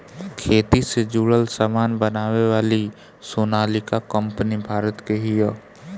खेती से जुड़ल सामान बनावे वाली सोनालिका कंपनी भारत के हिय